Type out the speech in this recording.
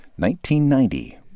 1990